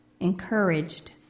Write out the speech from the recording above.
encouraged